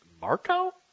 Marco